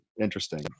interesting